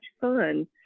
fun